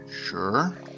Sure